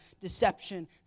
deception